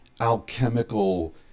alchemical